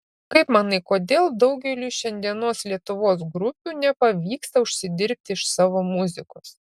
kaip manai kodėl daugeliui šiandienos lietuvos grupių nepavyksta užsidirbti iš savo muzikos